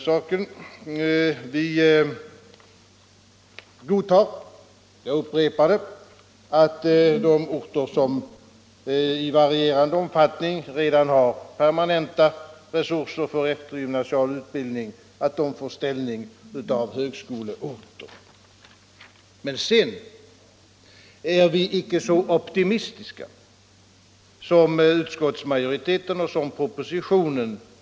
Vi godtar — jag upprepar alltså detta — att de orter som i varierande omfattning redan har permanenta resurser för eftergymnasial utbildning får ställning av högskoleorter. Men sedan är vi icke så optimistiska som man är i utskottsmajoritetens skrivning och i propositionen.